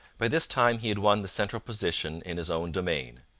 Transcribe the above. by this time he had won the central position in his own domain.